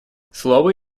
слово